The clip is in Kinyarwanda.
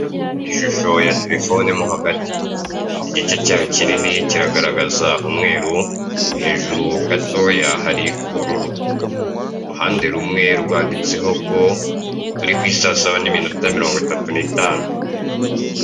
Ishusho ya terefone mo hagati igice cyayo kinini kiragaragaza umweru hejuru gatoya hari ubururu uruhande rumwe rwanditseho ko turi kw'isasaba n'iminota mirongo itatu n'itanu.